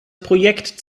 projekt